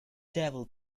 devil